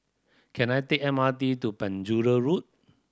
can I take M R T to Penjuru Road